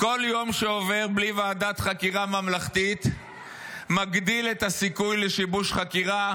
כל יום שעובר בלי ועדת חקירה ממלכתית מגדיל את הסיכוי לשיבוש חקירה,